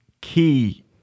key